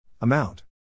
Amount